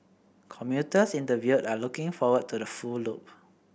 commuters interviewed are looking forward to the full loop